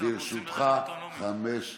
לרשותך חמש דקות.